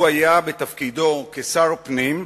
הוא היה בתפקידו כשר הפנים,